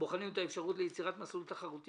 בוחנים את האפשרות ליצירת מסלול תחרותי